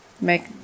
make